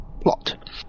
plot